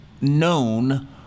known